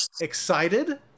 excited